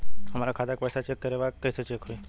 हमरे खाता के पैसा चेक करें बा कैसे चेक होई?